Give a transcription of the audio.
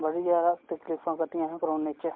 बड़ी ज्यादा तकलीफां कट्टियां असें कोरोने च